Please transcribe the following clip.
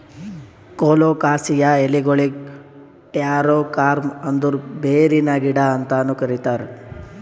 colocasia ಎಲಿಗೊಳಿಗ್ taro corm ಅಂದುರ್ ಬೇರಿನ ಗಿಡ ಅಂತನು ಕರಿತಾರ್